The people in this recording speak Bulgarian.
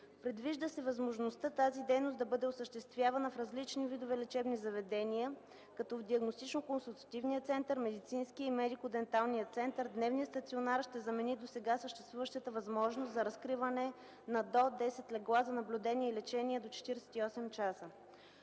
Предвижда се възможността тази дейност да бъде осъществявана в различни видове лечебни заведения, като в диагностично-консултативния център, медицинския и медико-денталния център, дневният стационар ще замени досега съществуващата възможност за разкриване на до 10 легла за наблюдение и лечение до 48 часа;